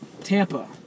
Tampa